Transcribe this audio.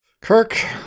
Kirk